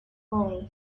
all